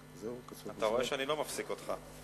אתה רואה שאני לא מפסיק אותך.